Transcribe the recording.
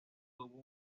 tuvo